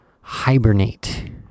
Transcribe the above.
Hibernate